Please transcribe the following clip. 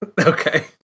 Okay